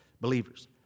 believers